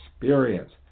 experience